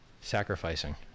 sacrificing